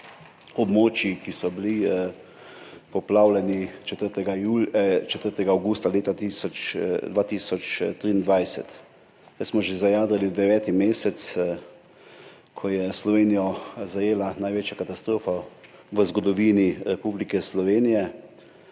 območij, ki so bila poplavljena 4. avgusta leta 2023. Zdaj smo že zajadrali v deveti mesec, odkar je Slovenijo zajela največja katastrofa v zgodovini Republike Slovenije.